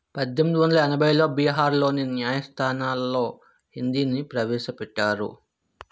పద్దెమ్ది వందల ఎనభైలో బీహార్లోని న్యాయస్థానాల్లో హిందీని ప్రవేశపెట్టారు